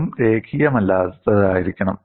അതും രേഖീയമല്ലാത്തതായിരിക്കും